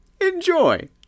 Enjoy